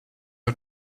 her